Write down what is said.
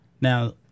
Now